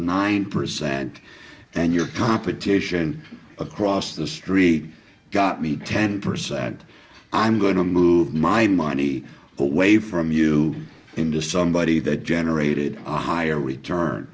nine percent and your competition across the street got me ten percent i'm going to move my money away from you into somebody that generated a higher return